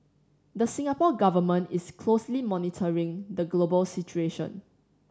the Singapore Government is closely monitoring the global situation